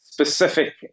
specific